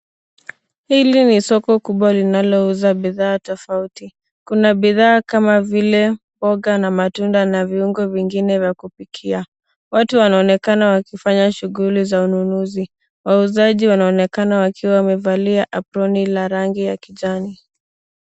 Hili ni soko kubwa linalouza bidhaa tofauti. Kuna bidhaa kama vile mboga na matunda na viungo vingine vya kupikia. Watu wanaonekana wakifanya shughuli za ununuzi. Wauzaji wanaonekana wakiwa wamevalia aproni la rangi ya kijani.